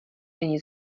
není